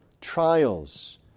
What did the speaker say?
trials